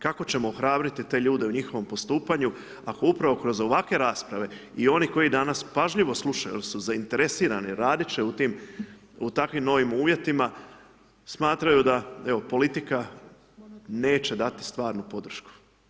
Kako ćemo ohrabriti te ljude u njihovom postupanju, ako upravo kroz ovakve rasprave i oni koji danas pažljivo slušaju jel su zainteresirani, raditi će u takvim novim uvjetima, smatraju da, evo, politika, neće dati stvarnu podršku.